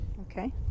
Okay